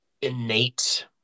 innate